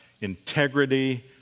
integrity